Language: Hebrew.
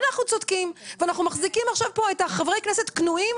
אנחנו צודקים ואנחנו מחזיקים עכשיו פה את חברי הכנסת כנועים